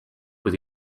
with